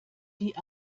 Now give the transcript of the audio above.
die